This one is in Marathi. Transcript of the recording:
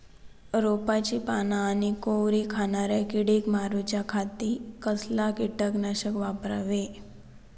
रोपाची पाना आनी कोवरी खाणाऱ्या किडीक मारूच्या खाती कसला किटकनाशक वापरावे?